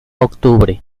octubre